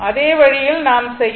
அதே வழியில் நாம் செய்யலாம்